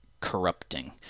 corrupting